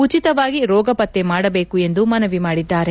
ಉಚಿತವಾಗಿ ರೋಗಪತ್ತೆ ಮಾಡಬೇಕು ಎಂದು ಮನವಿ ಮಾಡಿದ್ದಾರೆ